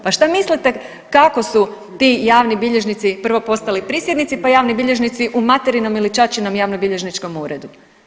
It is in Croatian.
Pa šta mislite, kako su ti javni bilježnici prvo postali prisjednici pa javni bilježnici u materinom ili ćaćinom javnobilježničkom uredu?